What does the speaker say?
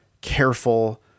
careful